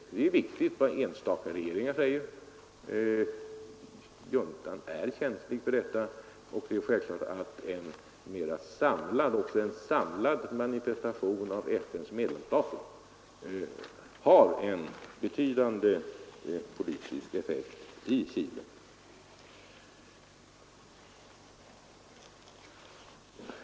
Det är viktigt vad enstaka regeringar säger. Juntan är känslig för detta, och det är självklart att en samlad manifestation av FN:s medlemsstater har en betydande politisk effekt i Chile.